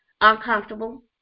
uncomfortable